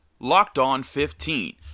LOCKEDON15